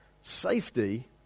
Safety